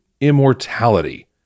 immortality